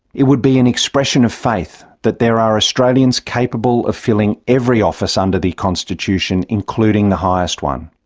it would be an expression of faith that there are australians capable of filling every office under the constitution, including the highest one.